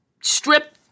strip